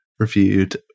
reviewed